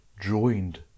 joined